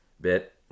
bit